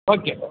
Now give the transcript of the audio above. okay